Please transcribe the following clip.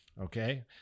okay